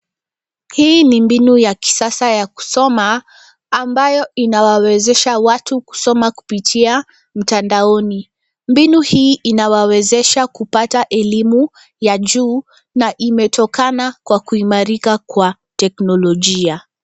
Hii ni mbinu ya kisasa ya kusoma, ambayo inawawezesha watu kusoma kupitia mtandaoni. Mbinu hii inawawezesha kupata elimu ya juu na imetokana kwa kuimarika kwa teknolojia.